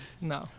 no